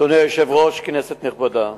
אדוני היושב-ראש, כנסת נכבדה,